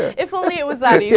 if only it was ah yeah